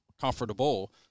comfortable